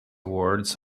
awards